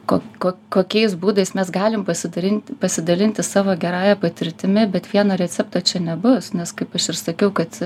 ko ko kokiais būdais mes galim pasidalin pasidalinti savo gerąja patirtimi bet vieno recepto čia nebus nes kaip aš ir sakiau kad